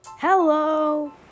Hello